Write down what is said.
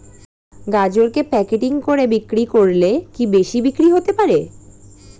গাজরকে প্যাকেটিং করে বিক্রি করলে কি বেশি বিক্রি হতে পারে?